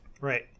Right